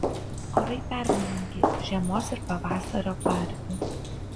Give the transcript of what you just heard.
orai permainingi žiemos ir pavasario paribiu